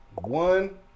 One